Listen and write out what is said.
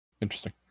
Interesting